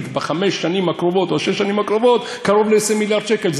בחמש או שש השנים הקרובות קרוב ל-20 מיליארד שקל.